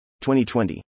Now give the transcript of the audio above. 2020